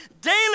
Daily